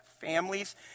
families